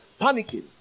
Panicking